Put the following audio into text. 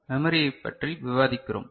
மெமரியைப் பற்றி விவாதிக்கிறோம்